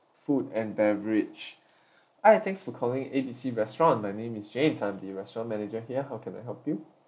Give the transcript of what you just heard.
food and beverage hi thanks for calling A B C restaurant my name is james I'm the restaurant manager here how can I help you